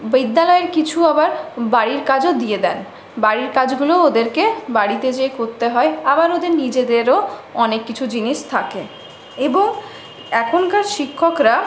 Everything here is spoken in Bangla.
বিদ্যালয়ে কিছু আবার বাড়ির কাজও দিয়ে দেন বাড়ির কাজগুলোও ওদেরকে বাড়িতে যেয়ে করতে হয় আবার ওদের নিজেদেরও অনেক কিছু জিনিস থাকে এবং এখনকার শিক্ষকরা